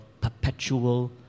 perpetual